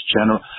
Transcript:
general –